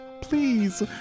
please